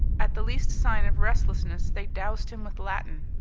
at the least sign of restlessness they doused him with latin.